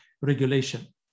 regulation